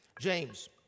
James